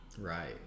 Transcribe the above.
Right